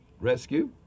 Rescue